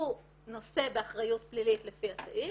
הוא נושא באחריות פלילית לפי הסעיף,